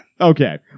Okay